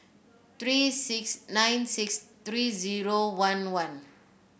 three six nine six three zero one one